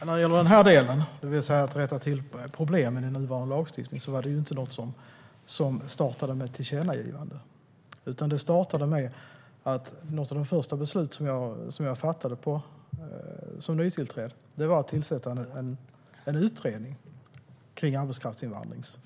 Herr talman! Detta, det vill säga att rätta till problemen i nuvarande lagstiftning, var ingenting som startade med ett tillkännagivande. Det startade med att jag tillsatte en utredning om arbetskraftsinvandring. Det var ett av de första besluten som jag fattade som nytillträdd.